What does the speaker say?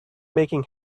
making